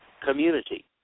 community